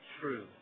true